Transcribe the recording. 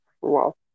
Wow